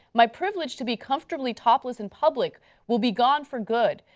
my privilege to be comfortably topless in public will be gone for good.